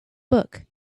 book